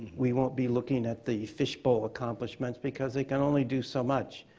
we won't be looking at the fishbowl accomplishments because they can only do so much,